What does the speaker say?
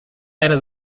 eine